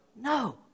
No